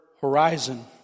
Horizon